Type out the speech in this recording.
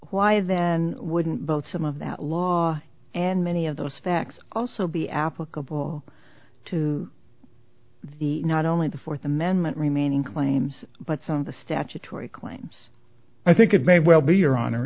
why then wouldn't both some of that law and many of those facts also be applicable to the not only the fourth amendment remaining claims but some of the statutory claims i think it may well be your honor